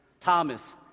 Thomas